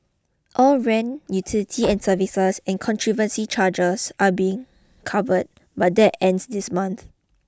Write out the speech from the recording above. all rent utility and service and conservancy charges are being covered but that ends this month